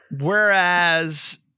Whereas